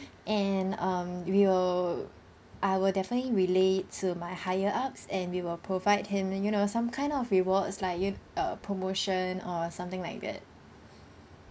and um we will I will definitely relay to my higher ups and we will provide him and you know some kind of rewards like you uh promotion or something like that